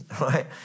right